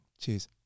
Cheers